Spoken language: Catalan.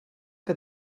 que